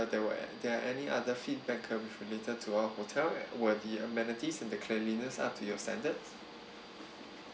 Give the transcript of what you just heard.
there were there are any other feedback uh with related to our hotel were the amenities and the cleanliness up to your standards